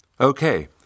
Okay